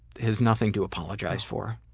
has nothing to apologize for.